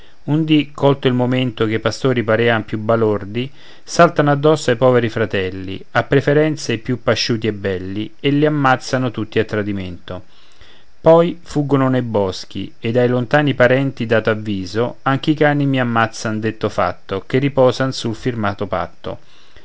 un dì colto il momento che i pastori parevan più balordi saltano addosso ai poveri fratelli a preferenza i più pasciuti e belli e li ammazzano tutti a tradimento poi fuggono nei boschi ed ai lontani parenti dato avviso anche i cani mi ammazzan detto fatto che riposavan sul firmato patto